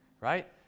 right